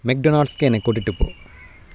மெக்டொனால்ட்ஸுக்கு என்னை கூட்டிகிட்டு போ